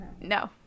No